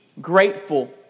grateful